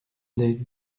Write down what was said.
les